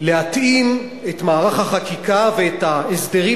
להתאים את מערך החקיקה ואת ההסדרים